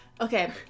Okay